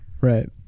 Right